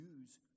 use